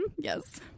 yes